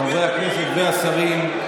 חברי הכנסת והשרים,